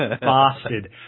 bastard